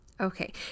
Okay